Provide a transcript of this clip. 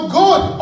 good